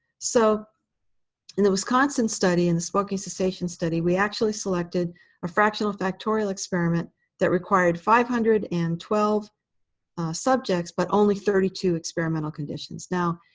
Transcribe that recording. so and the wisconsin study, in the smoking cessation study, we actually selected a fractional factorial experiment that required five hundred and twelve subjects, but only thirty two experimental conditions. now,